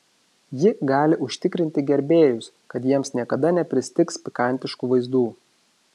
ji gali užtikrinti gerbėjus kad jiems niekada nepristigs pikantiškų vaizdų